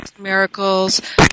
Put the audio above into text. miracles